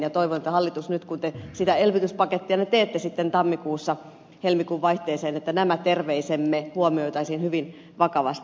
toivon että hallituksessa nyt kun te sitä elvytyspakettianne teette tammikuussa helmikuun vaihteeseen nämä terveisemme huomioitaisiin hyvin vakavasti